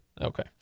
Okay